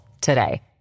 today